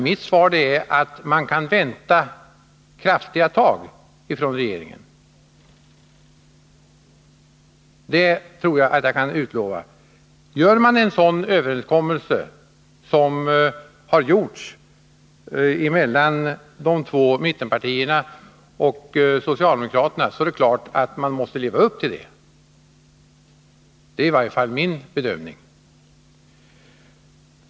Mitt svar är att man kan vänta kraftfulla tag från regeringen. Det tror jag att jag kan utlova. Träffar man en sådan överenskommelse som har gjorts mellan de två mittenpartierna och socialdemokraterna, är det klart att man måste leva upp till den. Det är i varje fall min bedömning.